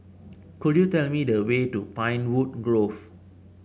could you tell me the way to Pinewood Grove